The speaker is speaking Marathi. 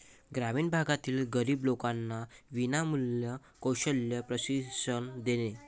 ग्रामीण भागातील गरीब लोकांना विनामूल्य कौशल्य प्रशिक्षण देणे